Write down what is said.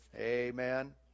Amen